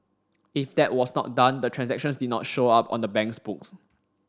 if that was not done the transactions did not show up on the bank's books